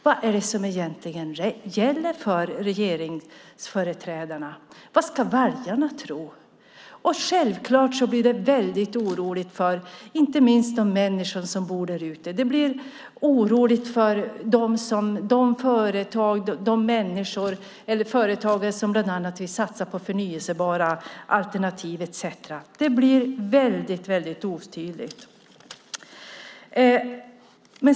Vad är det som egentligen gäller för regeringsföreträdarna? Vad ska väljarna tro? Självklart blir det väldigt oroligt, inte minst för de människor som bor där ute. Det blir oroligt för de företag som bland annat vill satsa på förnybara alternativ. Det blir väldigt otydligt.